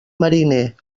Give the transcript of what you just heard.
mariner